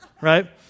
right